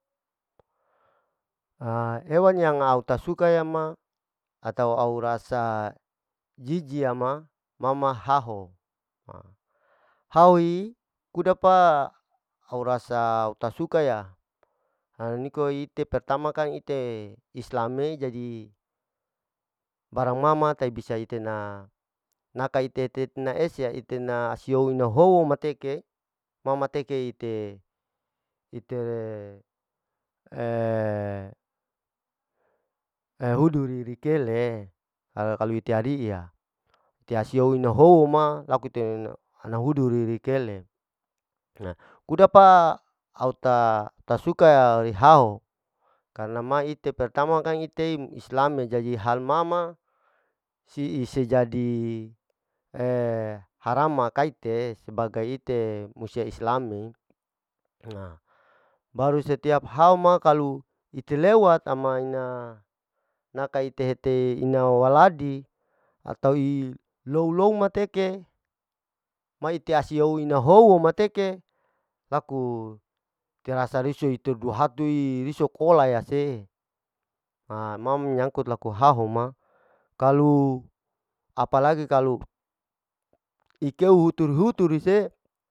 hewan yang au ta suka ya ma atau au rasa jiji ama, mama haho, haho ii ku dapa au rasa au ta suka ya, niko ite pertama kan ite islame, jadi barang mama tai bisa ite na, nakitetna isiya itena sio ina howo mateke, ma mateke ite-iter huduri dakele, ala ite ri'iya tea sou ina howo ma loko ite ina huduri ikele, kuda pa au ta-tasuka hao, karna ma ite pertama kang ite islame, jaihal ma ma si isi jadi haram ma kaite sebagai ite musia islam'e, baru setiap hou ma kalu ite lewat ama ina naka ite hete ina walawadi atau i'ilou mateke ma ite iso ina hou mateke, laku terasa risu iter dua hatui risau kola ya se, ma menyangkut laku haho ma, kalu apa lagi kalu ikeu huturu-huturi se.